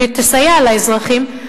אם היא תסייע לאזרחים,